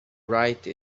write